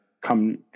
come